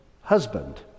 husband